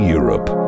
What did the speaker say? Europe